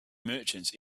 merchants